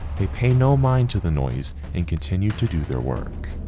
they pay no mind to the noise and continue to do their work.